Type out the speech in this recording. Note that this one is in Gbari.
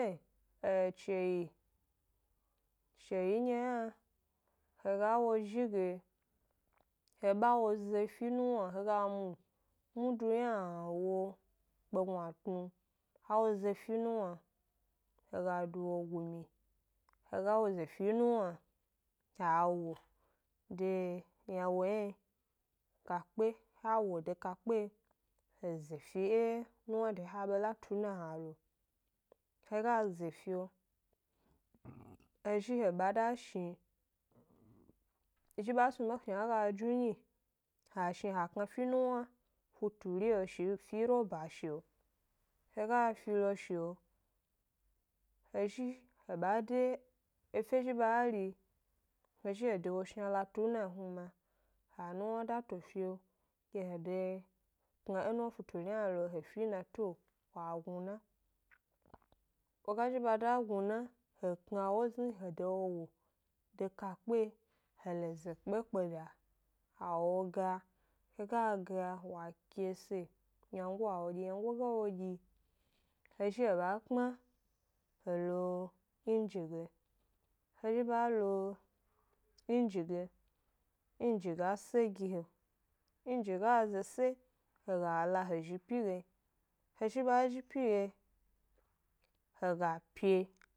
chewyi ndye hna, he ga wo zhi ge, he ba wo ze fi nuwna, he ga mu, mudu ynawo kpe gnuatnu, ha wo ze fi nuwna, he ga du wo gumyi, he ga wo ze fi nuwna, ha wo wo de yna wo yna yi kakpe, ha wo de kakpe, he ze fi e nuwna de ha be la tu na hna lo, he ga ze fio, he zhi he ba da shni, zhi ba snu be shna ga jnu nyi, ha shni ha kna fi nuwna futuri lo fi roba shio, he ga fi lo shio, he zhi he ba ɗe, efe zhi ba ri he zhi he de wo shna la tu na kuma, ha nuwna da to fio, ke he ɗe kna e nuwna futuri hna lo he fi e natuo, wa gnuna, wo ga zhi ba da gnuna, he kna wo ezni he ɗe wo wo ɗe kakpe, he lo ze kpe e kpeda, ha wo ga, he ga ga wa ke se, wyango wa wo dyi, wyango ga wo dyi, he zhi he ba kpma he lo inji ge, he zhi ba lo inji ge, inji ga se gi he, inji ga zo se, he ga la he zhi 'pyi ge, he zhi ba zhi pyi ge, he ga pye.